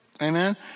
Amen